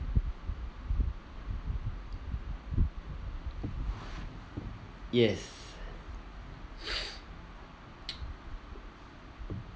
yes